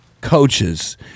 coaches